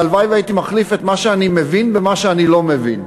והלוואי שהייתי מחליף את מה שאני מבין במה שאני לא מבין.